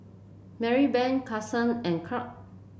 Marybeth Carsen and Curt